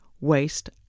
waste